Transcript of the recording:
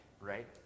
Right